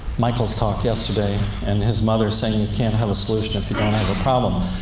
michael's talk yesterday and his mother saying you can't have a solution if you don't have a problem.